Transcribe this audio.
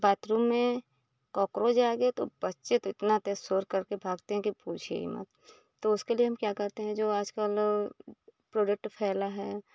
bathroom में cockroach आ गए तो बच्चे तो इतना तेज़ शोर करके भागते हैं कि पूछिए ही मत तो इसके लिए हम क्या करते हैं जो आज कल प्रोडक्ट फैला है